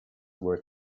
were